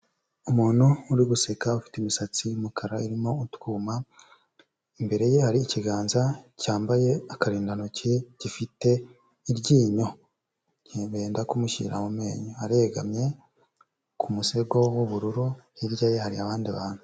Umuntu uri guseka ufite imisatsi y'umukara irimo utwuma, imbere ye ikiganza cyambaye akarindantoki gifite iryinyo benda kumushyirira mu menyo, aregamye ku musego w'ubururu, hirya ya hari abandi bantu.